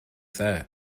that